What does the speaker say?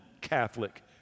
Catholic